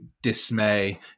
Dismay